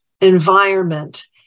environment